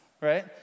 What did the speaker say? right